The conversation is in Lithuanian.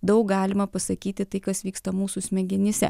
daug galima pasakyti tai kas vyksta mūsų smegenyse